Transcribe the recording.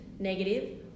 negative